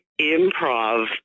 improv